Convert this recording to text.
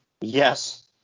Yes